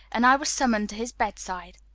and i was summoned to his bedside.